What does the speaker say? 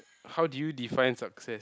how do you define success